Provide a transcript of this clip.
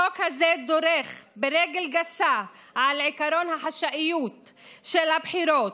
החוק הזה דורך ברגל גסה על עקרון החשאיות של הבחירות.